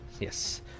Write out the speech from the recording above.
yes